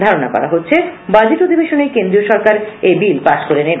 ধারণা করা হচ্ছে বাজেট অধিবেশনেই কেন্দ্রীয় সরকার এই বিল পাশ করে নেবে